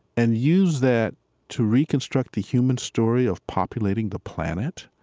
and use that to reconstruct the human story of populating the planet,